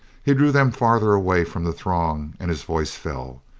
he drew them farther away from the throng, and his voice fell.